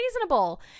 reasonable